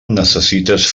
necessites